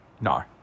No